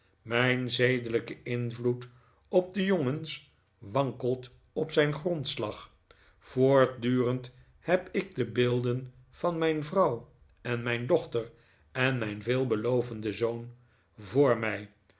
mijn zedelijke invloed op de jongens wankelt op zijn grondslag voortdurend heb ik de beelden van mijn vrouw en mijn dochter en mijn veelbelovenden zoon voor mij